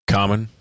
Common